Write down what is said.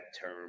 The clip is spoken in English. term